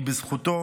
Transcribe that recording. בזכותו